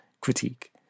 critique